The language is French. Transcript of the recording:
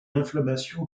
inflammation